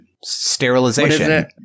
sterilization